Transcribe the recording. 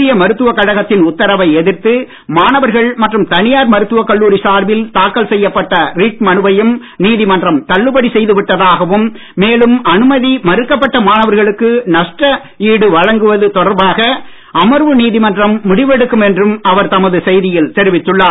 இந்திய மருத்துவ கழகத்தின் உத்தரவை எதிரத்து மாணவர்கள் மற்றும் தனியார் மருத்துவக் கல்லூரி சார்பில் செய்யப்பட்ட ரிட் மனுவையும் நீதிமன்றம் தள்ளுபடி தாக்கல் செய்துவிட்டதாகவும் மேலும் அனுமதி மறுக்கப்பட்ட மாணவர்களுக்கு நஷ்டஈடு வழங்குவது தொடர்பாக அமர்வு நீதிமன்றம் முடிவெடுக்கும் என்றும் அவர் தமது செய்தியில் தெரிவித்துள்ளார்